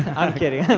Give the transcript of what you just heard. i'm kidding, i'm